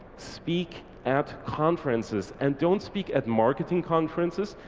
speak at conferences and don't speak at marketing conferences,